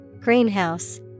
Greenhouse